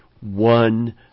one